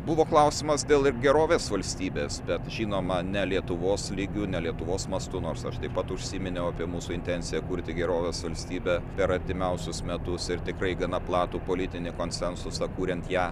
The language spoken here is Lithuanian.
buvo klausimas dėl ir gerovės valstybės bet žinoma ne lietuvos lygiu ne lietuvos mastu nors aš taip pat užsiminiau apie mūsų intenciją kurti gerovės valstybę per artimiausius metus ir tikrai gana platų politinį konsensusą kuriant ją